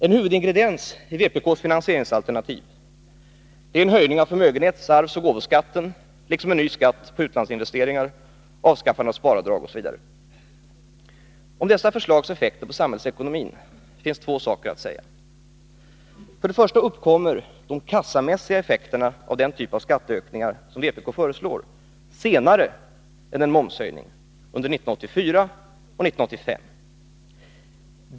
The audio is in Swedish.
En huvudingrediens i vpk:s finansieringsalternativ är en höjning av förmögenhets-, arvsoch gåvoskatten liksom en ny skatt på utlandsinvesteringar, avskaffande av sparavdrag etc. Om dessa förslags effekter på samhällsekonomin finns två saker att säga. För det första uppkommer de kassamässiga effekterna av den typ av skatteökningar som vpk föreslår senare än en momshöjning — under 1984 och 1985.